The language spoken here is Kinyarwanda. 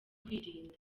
kwirinda